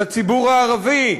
לציבור הערבי,